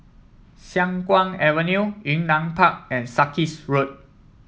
Siang Kuang Avenue Yunnan Park and Sarkies Road